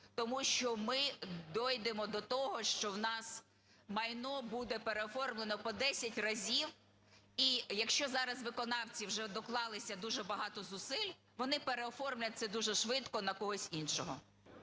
тому що ми дійдемо до того, що у нас майно буде переоформлене по десять разів. І, якщо зараз виконавці вже доклалися дуже багато зусиль, вони переоформлять це дуже швидко на когось іншого.